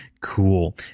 Cool